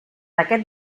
aquest